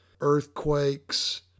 Earthquakes